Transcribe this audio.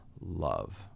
love